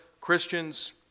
Christians